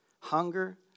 Hunger